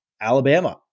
Alabama